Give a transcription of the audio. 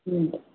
ம்